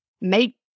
make